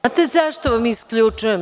Znate zašto vam isključujem?